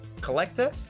collector